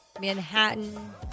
Manhattan